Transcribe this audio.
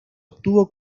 obtuvo